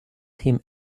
him